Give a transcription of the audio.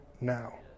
now